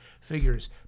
figures